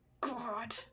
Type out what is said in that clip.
god